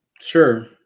Sure